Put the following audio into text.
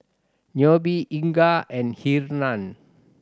Nobie Inga and Hernan